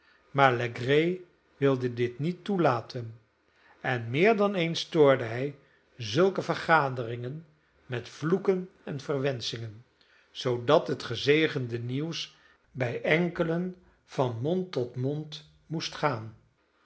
maar legree wilde dit niet toelaten en meer dan eens stoorde hij zulke vergaderingen met vloeken en verwenschingen zoodat het gezegende nieuws bij enkelen van mond tot mond moest gaan